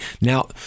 Now